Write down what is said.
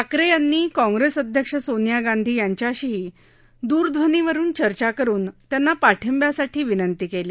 ठाकरर्यिनी काँग्रस्त अध्यक्ष सोनिया गांधी यांच्याशीही दूरध्वनीवरुन चर्चा करुन त्यांना पाठिंब्यासाठी विनंती कली